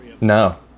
No